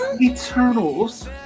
Eternals